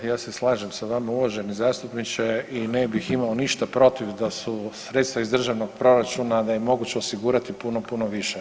Ja se slažem sa vama uvaženi zastupniče i ne bih imao ništa protiv da su sredstva iz državnog proračuna da ih je moguće osigurati puno, puno više.